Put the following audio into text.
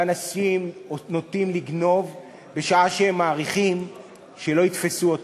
ואנשים נוטים לגנוב בשעה שהם מעריכים שלא יתפסו אותם,